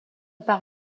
par